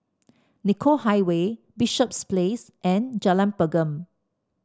Nicoll Highway Bishops Place and Jalan Pergam